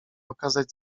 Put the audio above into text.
okazać